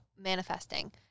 manifesting